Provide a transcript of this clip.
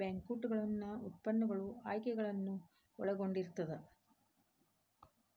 ಬ್ಯಾಂಕ್ನೋಟುಗಳನ್ನ ಉತ್ಪನ್ನಗಳು ಆಯ್ಕೆಗಳನ್ನ ಒಳಗೊಂಡಿರ್ತದ